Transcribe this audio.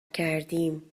کردیم